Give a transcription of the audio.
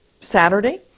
Saturday